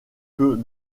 peut